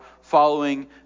following